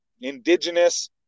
indigenous